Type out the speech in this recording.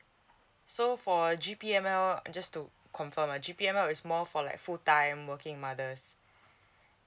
so for g p m l just to confirm g p m l it's more for like full time working mothers